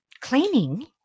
Cleaning